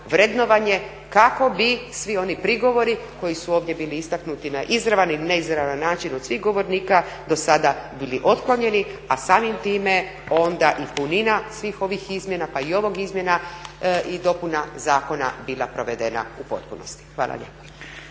vrednovanje kako bi svi oni prigovori koji su ovdje bili istaknuti na izravan ili neizravan način od svih govornika do sada bili otklonjeni, a samim time onda i punina svih ovih izmjena pa i ovih izmjena i dopuna zakona bila provedena u potpunosti. Hvala lijepa.